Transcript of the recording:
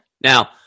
Now